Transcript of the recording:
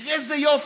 תראה איזה יופי,